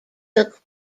took